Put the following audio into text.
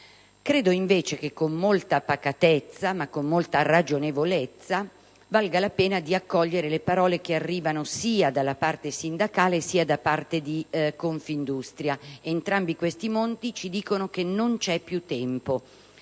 Credo invece che con molta pacatezza e con molta ragionevolezza valga la pena di accogliere le parole che arrivano sia da parte sindacale sia da parte di Confindustria; entrambi questi mondi ci dicono che non c'è più tempo